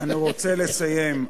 אני רוצה לסיים.